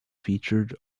featured